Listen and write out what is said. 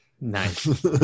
nice